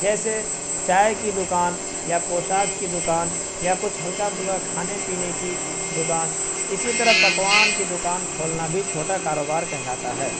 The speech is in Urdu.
جیسے چائے کی دکان یا پوشاک کی دکان یا کچھ ہلکا پھلکا کھانے پینے کی دکان اسی طرح پکوان کی دکان کھولنا بھی چھوٹا کاروبار کہلاتا ہے